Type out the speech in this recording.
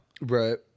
right